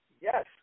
yes